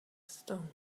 stone